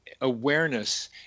awareness